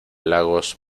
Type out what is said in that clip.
lagos